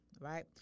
right